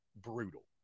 brutal